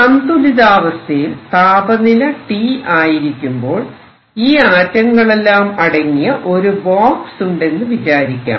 സന്തുലിതാവസ്ഥയിൽ താപനില T ആയിരിക്കുമ്പോൾ ഈ ആറ്റങ്ങളെല്ലാം അടങ്ങിയ ഒരു ബോക്സ് ഉണ്ടെന്നു വിചാരിക്കാം